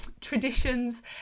traditions